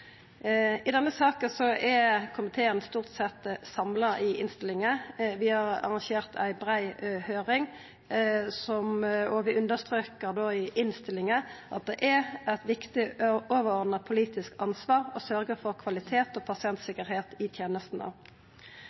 I denne saka er komiteen stort sett samla i innstillinga. Vi har arrangert ei brei høyring, og vi understrekar i innstillinga at det er eit viktig overordna politisk ansvar å sørgja for kvalitet og pasientsikkerheit i tenestene.